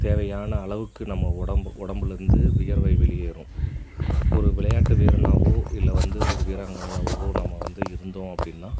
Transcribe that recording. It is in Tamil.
தேவையான அளவுக்கு நம்ப உடம்பு உடம்புலேருந்து வியர்வை வெளியேறும் ஒரு விளையாட்டு வீரனாகவோ இல்லை வந்து ஒரு வீராங்கனையாகவோ நம்ம வந்து இருந்தோம் அப்படினால்